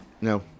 No